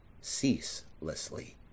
ceaselessly